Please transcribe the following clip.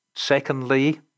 Secondly